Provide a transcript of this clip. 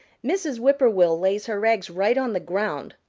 mrs. whip-poor-will lays her eggs right on the ground,